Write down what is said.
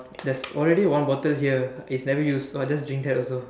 there's already one bottle here it's never use so I just drink that also